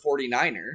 49er